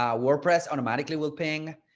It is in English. um wordpress automatically will ping,